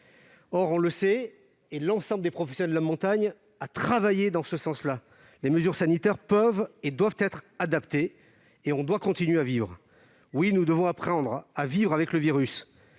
Or, nous le savons- et l'ensemble des professionnels de la montagne ont travaillé dans ce sens -, les mesures sanitaires peuvent et doivent être adaptées. Et nous devons continuer à vivre : oui, nous devons apprendre à vivre avec le virus